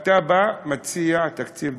אתה בא ומציע תקציב דו-שנתי.